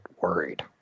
worried